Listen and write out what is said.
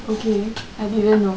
okay I didn't know